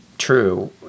True